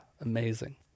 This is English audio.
amazing